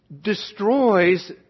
destroys